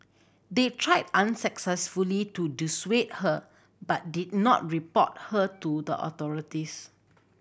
they tried unsuccessfully to dissuade her but did not report her to the authorities